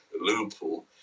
Liverpool